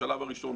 בשלב הראשון,